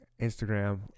Instagram